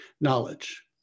knowledge